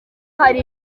hari